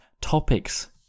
topics